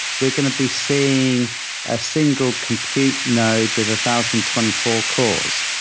we're going to be seeing a single computing node with a thousand twenty four cores.